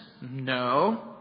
no